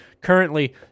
Currently